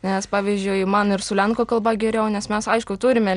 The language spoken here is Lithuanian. nes pavyzdžiui man ir su lenkų kalba geriau nes mes aišku turime